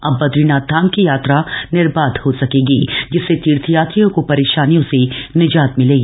अब बदरीनाथ धाम की यामा निर्बाध हो सकेगी जिससे तीर्थयात्रियों को परेशानियों से निजाप्त मिलेगी